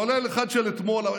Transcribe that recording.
כולל אחד של אתמול,